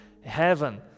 Heaven